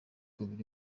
biri